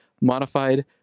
modified